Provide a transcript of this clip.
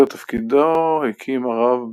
לצד תפקידו בישיבה,